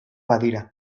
badira